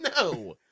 No